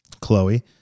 Chloe